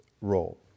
role